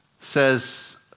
says